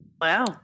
Wow